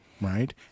right